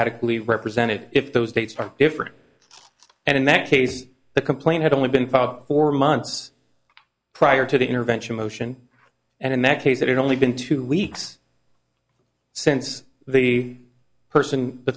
adequately represented if those dates are different and in that case the complaint had only been fought for months prior to the intervention motion and in that case it had only been two weeks since the person the